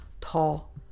Tall